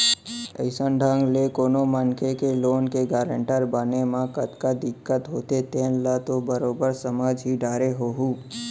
अइसन ढंग ले कोनो मनखे के लोन के गारेंटर बने म कतका दिक्कत होथे तेन ल तो बरोबर समझ ही डारे होहूँ